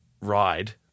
ride